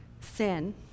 sin